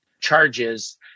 charges